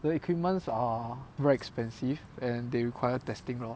the equipments are very expensive and they require testing lor